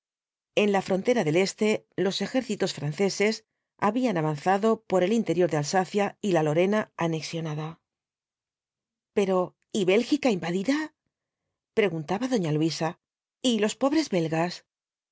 en la frontera del este los ejércitos franceses habían avanzado por el interior de alsacia y la lorena anexionada pero y bélgica invadida preguntaba doña luisa y los pobres belgas